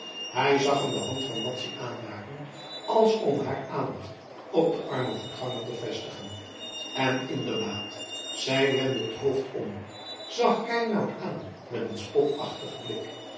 hij zag hem de hand van madzy aanraken als om haar aandacht op den armen voetganger te vestigen en inderdaad zij wendde het hoofd om zag reinout aan met een spotachtigen blik